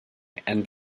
and